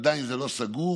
עדיין זה לא סגור,